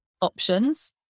options